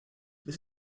this